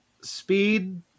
Speed